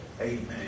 Amen